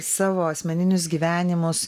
savo asmeninius gyvenimus